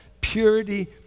purity